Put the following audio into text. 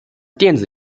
电子